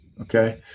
okay